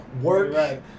work